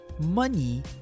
Money